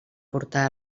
portar